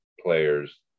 players